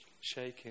shaking